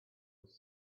was